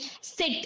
sit